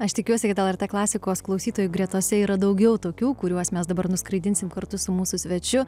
aš tikiuosi kad lrt klasikos klausytojų gretose yra daugiau tokių kuriuos mes dabar nuskraidinsim kartu su mūsų svečiu